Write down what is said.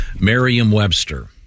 Merriam-Webster